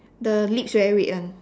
the lips very red [one]